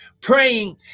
praying